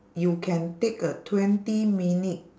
you can take a twenty minute